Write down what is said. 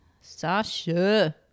Sasha